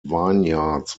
vineyards